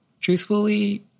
Truthfully